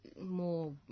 more